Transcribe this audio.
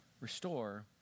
restore